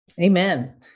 Amen